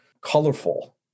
colorful